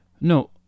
no